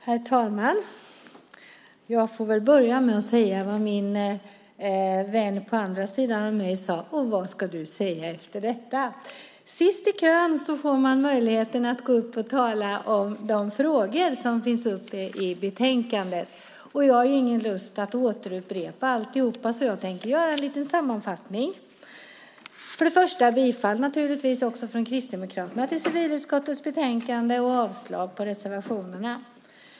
Herr talman! Jag får väl börja med att säga vad min vän på andra sidan bänkraden nyss sade: Vad ska du säga efter detta? Sist i kön får man möjligheten att tala om de frågor som tas upp i betänkandet. Jag har ingen lust att upprepa allt, så jag tänker göra en liten sammanfattning. Jag yrkar naturligtvis bifall från Kristdemokraterna till förslaget i civilutskottets betänkande och avslag på reservationerna.